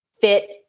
fit